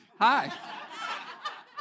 Hi